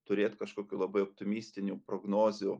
turėt kažkokių labai optimistinių prognozių